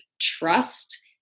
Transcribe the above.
trust